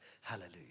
Hallelujah